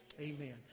Amen